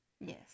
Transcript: Yes